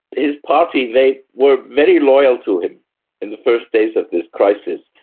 his party, they were very loyal to him in the first days of this crisis,